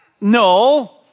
No